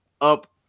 up